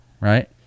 right